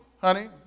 Honey